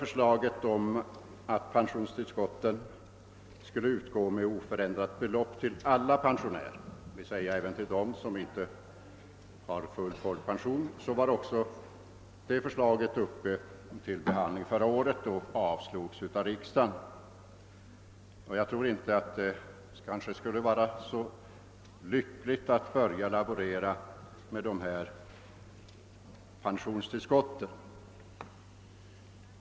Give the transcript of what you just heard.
Förslaget om att pensionstillskotten skulle utgå med oförändrat belopp till alla pensionärer, d.v.s. även till dem som inte har full folkpension, var uppe förra året, då det avslogs av riksdagen. Jag tror inte att det vore så lyckligt att nu börja laborera med de reducerade pensionstillskotten.